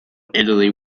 italy